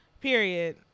Period